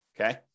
Okay